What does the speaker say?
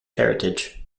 heritage